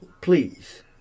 Please